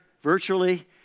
virtually